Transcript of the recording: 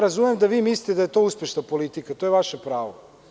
Razumem da vi mislite da je to uspešna politika, toje vaše pravo.